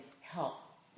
help